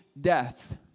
death